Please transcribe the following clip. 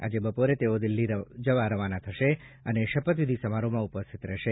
આજે બપોરે તેઓ દિલ્હી જવા રવાના થશે અને શપથવિધિ સમારોહમાં ઉપસ્થિત રહેશે